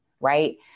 right